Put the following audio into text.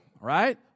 right